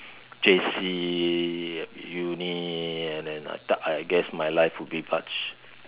J_C uh uni and then I I I guess my life would be much